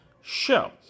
show